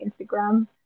Instagram